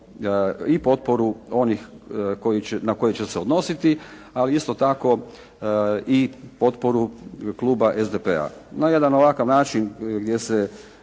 i potporu onih na koje će se odnositi, a isto tako i potporu kluba SDP-a. Na jedan ovakav način gdje se